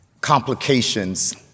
complications